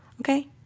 okay